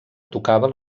tocava